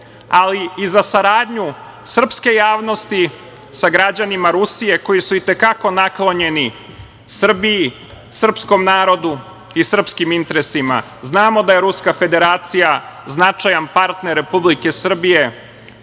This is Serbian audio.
ali i za saradnju srpske javnosti sa građanima Rusije, koji su i te kako naklonjeni Srbiji i srpskom narodu i srpskim interesima. Znamo da je Ruska federacija značajan partner Republike Srbije